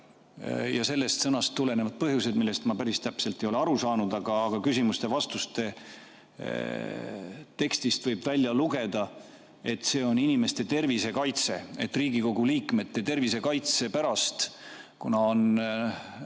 ja sellest sõnast tulenevad põhjused, millest ma päris täpselt ei ole aru saanud. Aga küsimuste-vastuste tekstist võib välja lugeda, et see on inimeste tervise kaitse, Riigikogu liikmete tervise kaitse pärast, kuna